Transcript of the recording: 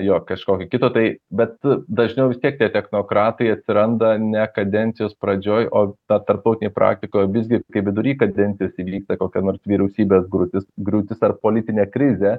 jo kažkokio kito tai bet dažniau vis tiek tie technokratai atsiranda ne kadencijos pradžioj o tą tarptautinėj praktikoj visgi kai vidury kadencijos įvyksta kokia nors vyriausybės griūtis ar politinė krizė